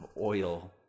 oil